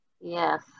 Yes